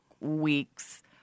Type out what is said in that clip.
week's